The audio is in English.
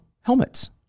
helmets